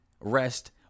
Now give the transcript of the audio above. rest